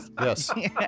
Yes